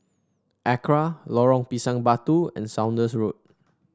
ACRA Lorong Pisang Batu and Saunders Road